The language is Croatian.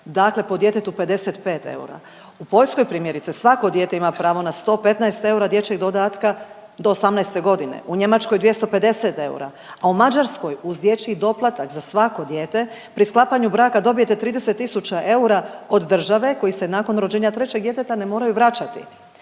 dakle po djetetu 55 eura. U Poljskoj primjerice svako dijete ima pravo na 115 dječjeg dodatka do 18. godine u Njemačkoj 250 eura, a u Mađarskoj uz dječji doplatak za svako dijete pri sklapanju braka dobijete 30 tisuća eura od države koji se nakon rođenja trećeg djeteta ne moraju vraćati.